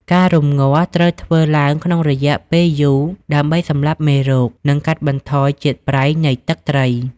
ការរំងាស់ ត្រូវធ្វើឡើងក្នុងរយៈពេលយូរ ដើម្បីសម្លាប់មេរោគ និងកាត់បន្ថយជាតិប្រៃនៃទឹកត្រី។